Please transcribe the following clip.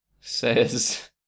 says